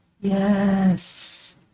yes